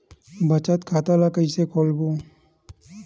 बचत खता ल कइसे खोलबों?